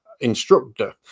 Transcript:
instructor